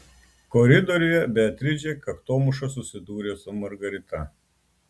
koridoriuje beatričė kaktomuša susidūrė su margarita